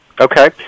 Okay